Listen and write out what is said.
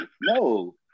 no